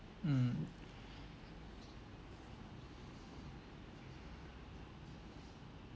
mm